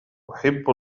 أحب